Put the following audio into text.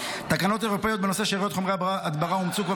תקנות אירופאיות בנושא שאריות חומרי הדברה אומצו כבר